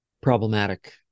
problematic